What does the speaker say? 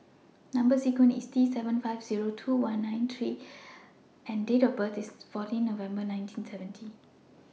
Number sequence IS T seven five two nine one three G and Date of birth IS fourteen November nineteen seventy